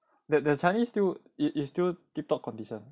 that their chinese still it is still tip top condition